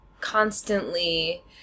constantly